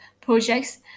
projects